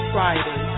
Friday